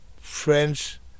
French